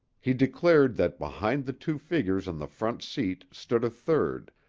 he declared that behind the two figures on the front seat stood a third,